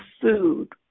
food